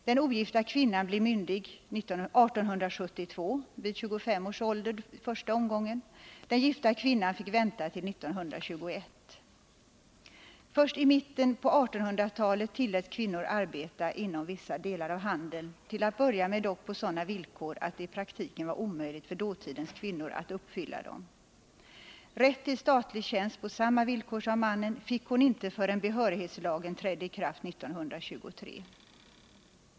Den ogifta kvinnan blev myndig år 1872, och det gällde i den första omgången kvinnor som uppnått 25 års ålder. Den gifta kvinnan fick vänta till 1921. Först i mitten av 1800-talet tilläts kvinnor arbeta inom vissa delar av 163 handeln, till att börja med dock på sådana villkor att det i praktiken var omöjligt för dåtidens kvinnor att uppfylla dem. Rätt till statlig tjänst på samma villkor som männen fick de inte förrän behörighetslagen trädde i kraft 1923.